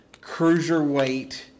cruiserweight